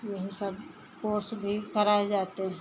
यही सब कोर्स भी कराए जाते हैं